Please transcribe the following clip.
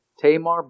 Tamar